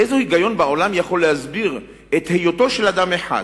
איזה היגיון בעולם יכול להסביר את היותו של אדם אחד,